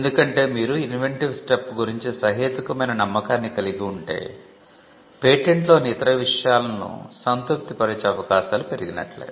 ఎందుకంటే మీరు inventive step గురించి సహేతుకమైన నమ్మకాన్ని కలిగి ఉంటే పేటెంట్లోని ఇతర విషయాలను సంతృప్తిపరిచే అవకాశాలు పెరిగినట్లే